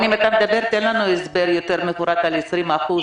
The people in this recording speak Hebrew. אם אתה מדבר, תן לנו הסבר יותר מפורט על ה-20%.